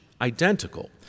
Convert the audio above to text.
identical